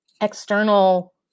external